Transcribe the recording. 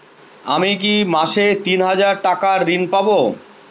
আমি কি মাসে তিন হাজার টাকার ঋণ পাবো?